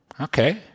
Okay